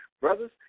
Brothers